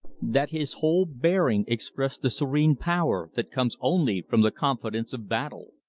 that his whole bearing expressed the serene power that comes only from the confidence of battle.